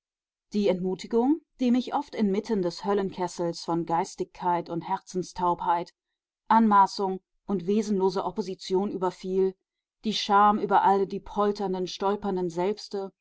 die entmutigung die mich oft inmitten des höllenkessels von geistigkeit und herzenstaubheit anmaßung und wesenloser opposition überfiel die scham über alle die polternden stolpernden selbste